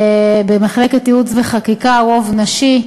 במחלקת ייעוץ וחקיקה רוב נשי.